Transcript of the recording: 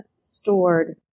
stored